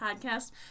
podcast